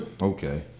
okay